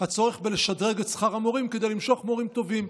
הצורך לשדרג את שכר המורים כדי למשוך מורים טובים.